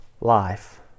life